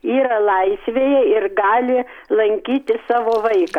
yra laisvėje ir gali lankyti savo vaiką